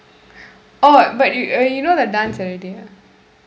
oh but you uh you know the dance already ah